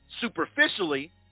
superficially